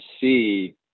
see